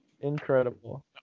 incredible